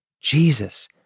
Jesus